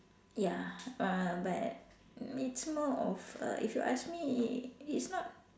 ya uh but it's more of err if you ask me it's not